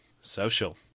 Social